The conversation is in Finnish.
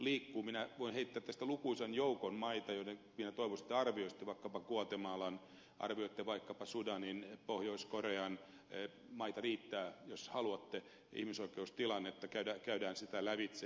minä voin heittää tästä lukuisan joukon maita joita minä toivoisin teidän arvioivan vaikkapa guatemalan vaikkapa sudanin pohjois korean maita riittää jos haluatte ihmisoikeustilannetta käytävän lävitse